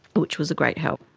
which was a great help.